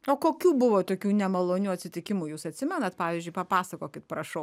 o kokių buvo tokių nemalonių atsitikimų jūs atsimenat pavyzdžiui papasakokit prašau